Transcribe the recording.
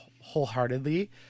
wholeheartedly